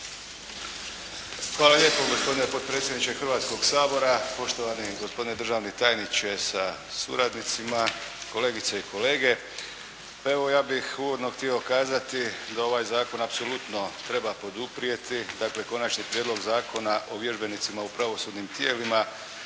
Hvala lijepo gospodine potpredsjedniče Hrvatskoga sabora, poštovani gospodine državni tajniče sa suradnicima, kolegice i kolege. Evo ja bih uvodno htio kazati da ovaj zakon apsolutno treba poduprijeti, dakle Konačni prijedlog Zakona o vježbenicima u pravosudnim tijelima